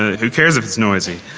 who cares if it's noisy?